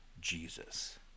Jesus